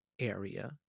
area